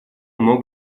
мог